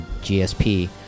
GSP